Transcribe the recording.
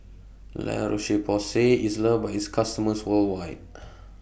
La Roche Porsay IS loved By its customers worldwide